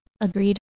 Agreed